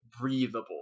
breathable